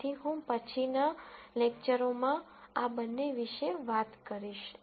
તેથી હું પછીના લેકચરો માં આ બંને વિશે વાત કરીશ